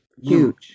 huge